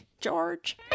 George